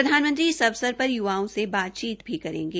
प्रधानमंत्री इस अवसर पर य्वाओं से बातचीत भी करेंगे